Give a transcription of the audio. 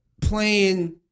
playing